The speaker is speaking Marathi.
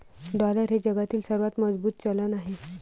डॉलर हे जगातील सर्वात मजबूत चलन आहे